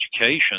education